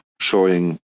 showing